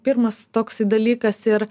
pirmas toksai dalykas ir